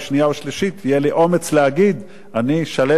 יהיה לי אומץ להגיד: אני שלם עם ההצעה הזאת,